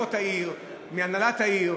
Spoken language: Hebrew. מאבות העיר, מהנהלת העיר.